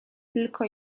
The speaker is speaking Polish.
tylko